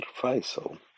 Faisal